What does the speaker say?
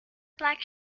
black